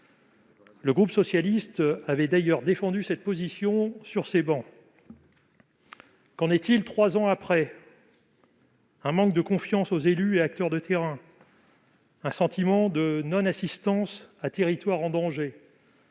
Le groupe socialiste avait d'ailleurs défendu cette position sur ces travées. Qu'en est-il trois ans après ? Nous constatons un manque de confiance à l'égard des élus et acteurs de terrain, un sentiment de non-assistance à territoire en danger.